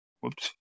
whoops